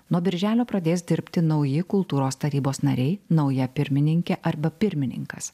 nuo birželio pradės dirbti nauji kultūros tarybos nariai nauja pirmininkė arba pirmininkas